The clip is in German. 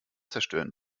zerstören